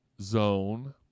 Zone